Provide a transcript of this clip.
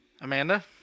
Amanda